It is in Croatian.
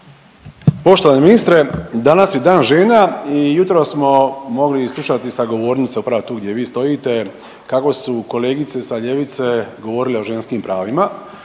Poštovani ministre. Danas je Dan žena i jutros smo mogli slušati sa govornice upravo tu gdje vi stojite kako su kolegice sa ljevice govorile o ženskim pravima,